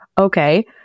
okay